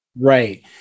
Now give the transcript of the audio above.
Right